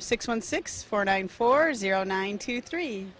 six one six four nine four zero nine two three